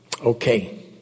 Okay